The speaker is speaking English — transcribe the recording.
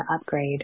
upgrade